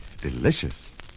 Delicious